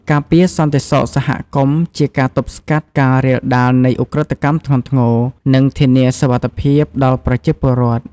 ការពារសន្តិសុខសហគមន៍ជាការ ទប់ស្កាត់ការរាលដាលនៃឧក្រិដ្ឋកម្មធ្ងន់ធ្ងរ និងធានាសុវត្ថិភាពដល់ប្រជាពលរដ្ឋ។